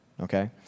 Okay